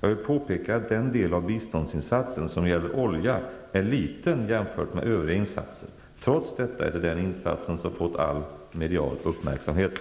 Jag vill påpeka att den del av biståndsinsatsen, som gäller olja, är liten jämfört med övriga insatser. Trots detta är det den insatsen som fått all medial uppmärksamhet.